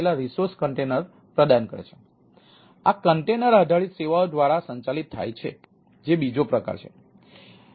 તેથી આ કન્ટેનર આધારિત સેવાઓ દ્વારા સંચાલિત થાય છે જે બીજો પ્રકાર છે